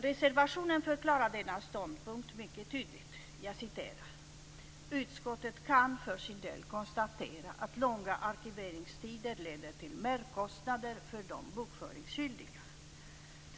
Reservationen förklarar denna ståndpunkt mycket tydligt: "Utskottet kan för sin del konstatera att långa arkiveringstider leder till merkostnader för de bokföringsskyldiga.